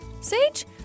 Sage